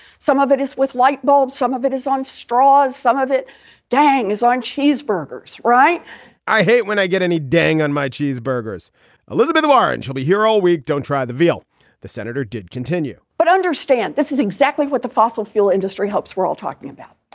some of it is with light bulbs some of it is on straws some of it dang is on cheeseburgers. right i hate when i get any dang on my cheeseburgers a little bit of orange. i'll be here all week. don't try the veal the senator did continue but understand this is exactly what the fossil fuel industry hopes we're all talking about